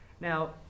Now